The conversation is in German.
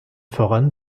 voran